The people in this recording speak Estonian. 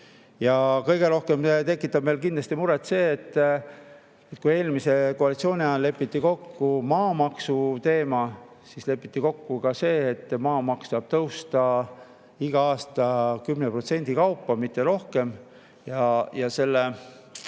Kõige rohkem tekitab meile muret kindlasti see, et kui eelmise koalitsiooni ajal lepiti kokku maamaksuteemas, siis lepiti kokku ka see, et maamaks saab tõusta iga aasta 10% kaupa, mitte rohkem. Mõte,